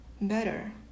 better